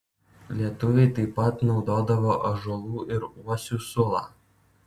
lietuviai taip pat naudodavo ąžuolų ir uosių sulą